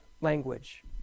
language